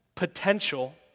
potential